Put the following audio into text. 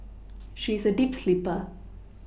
she is a deep sleeper